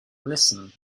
listen